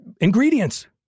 ingredients